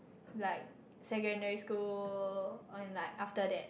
like secondary school or in like after that